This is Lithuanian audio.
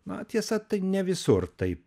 na tiesa tai ne visur taip